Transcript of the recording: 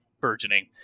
burgeoning